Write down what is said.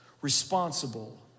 responsible